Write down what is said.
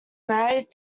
married